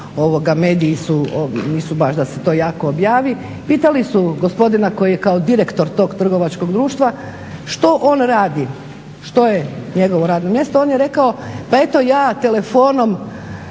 mediji su nisu baš da se to jako objavi. Pitali su gospodina koji je kao direktor tog trgovačkog društva što on radi što je njegovo radno mjesto, on je rekao pa eto ja telefonom